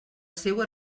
seua